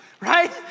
right